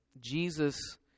Jesus